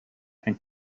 and